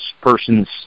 person's